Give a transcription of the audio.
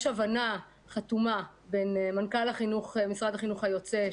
יש הבנה חתומה בין מנכ"ל משרד החינוך היוצא,